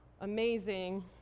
amazing